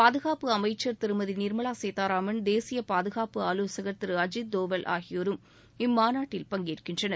பாதுகாப்பு அமைச்சர் திருமதி நிர்மலா கீதாராமன் தேசிய பாதுகாப்பு ஆலோசகர் திரு அஜீத் தோவல் ஆகியோரும் இம்மாநாட்டில் பங்கேற்கினற்னர்